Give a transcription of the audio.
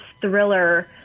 thriller